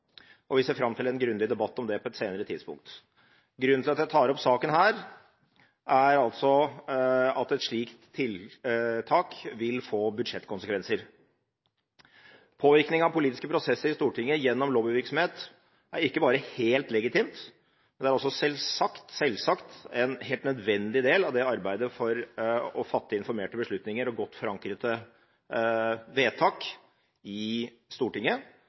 og vi ser fram til en grundig debatt om det på et senere tidspunkt. Grunnen til at jeg tar opp saken her, er at et slikt tiltak vil få budsjettkonsekvenser. Påvirkning av politiske prosesser gjennom lobbyvirksomhet er ikke bare helt legitimt, men også selvsagt en helt nødvendig del av arbeidet for å fatte informerte beslutninger og godt forankrede vedtak i Stortinget